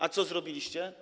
A co zrobiliście?